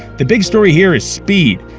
the big story here is speed,